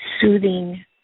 soothing